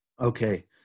Okay